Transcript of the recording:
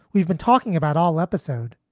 we've been talking about all episode.